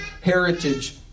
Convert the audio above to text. heritage